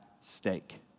stake